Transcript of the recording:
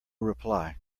reply